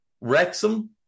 Wrexham